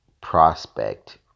prospect